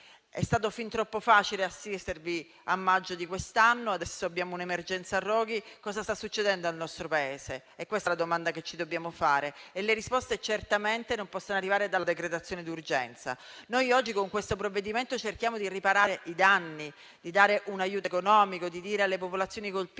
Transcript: È stato fin troppo facile assistervi nel maggio di quest'anno e adesso abbiamo l'emergenza roghi. Cosa sta succedendo al nostro Paese? Questa è la domanda che ci dobbiamo porre e le risposte non possono certamente arrivare dalla decretazione d'urgenza. Oggi, con il provvedimento al nostro esame, cerchiamo di riparare i danni, di dare un aiuto economico, di dire alle popolazioni colpite